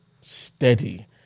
steady